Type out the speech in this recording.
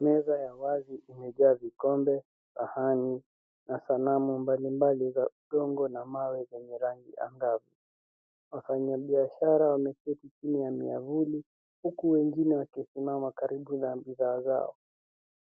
Meza ya wazi imejaa vikombe, sahani na sanamu mbalimbali za kusongwa na mawe zenye rangi angavu. Wafanyabiashara wameketi chini ya miavuli huku wengine wakisimama karibu na bidhaa zao.